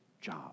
job